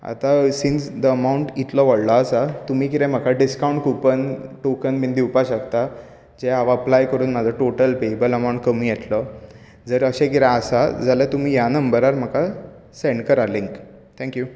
आतां since the amount इतलो व्हडलो आसा तुमी कितें म्हाका डिस्कावण्ट कुपन टॉकन बी दिवपाक शकतात जें हांव एप्लाय करून म्हाजो टॉटल पॅयेबल अमावण्ट कमी येतलो जर अशें कितें आसा जाल्यार तुमी ह्या नंबरार म्हाका सेण्ड करात लींक थेंक्यू